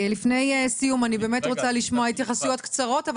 לפני סיום, אני באמת רוצה לשמוע התייחסויות קצרות.